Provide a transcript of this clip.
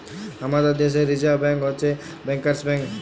আমাদের দ্যাশে Reserve Bank হছে ব্যাংকার্স ব্যাংক